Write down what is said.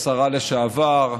השרה לשעבר,